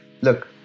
look